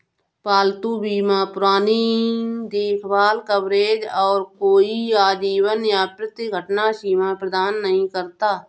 पालतू बीमा पुरानी देखभाल कवरेज और कोई आजीवन या प्रति घटना सीमा प्रदान नहीं करता